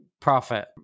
profit